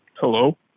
Hello